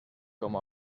com